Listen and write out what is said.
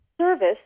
service